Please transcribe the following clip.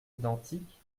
identiques